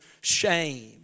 shame